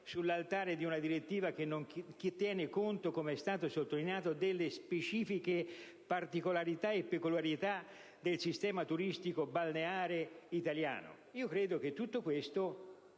sull'altare di una direttiva che non tiene conto - come è stato già sottolineato - delle particolarità e peculiarità del sistema turistico balneare italiano? Credo che tutto questo